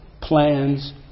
plans